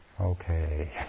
Okay